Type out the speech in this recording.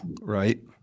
right